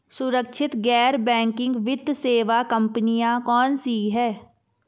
सुरक्षित गैर बैंकिंग वित्त सेवा कंपनियां कौनसी हैं?